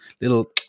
little